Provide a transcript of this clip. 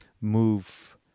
move